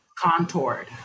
contoured